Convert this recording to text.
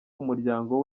umuryango